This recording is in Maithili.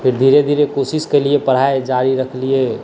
फेर धीरे धीरे कोशिश केलिए पढ़ाइ जारी रखलिए